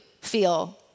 feel